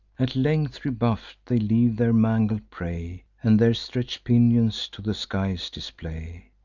at length rebuff'd, they leave their mangled prey, and their stretch'd pinions to the skies display.